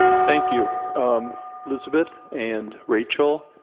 thank you elizabeth and rachel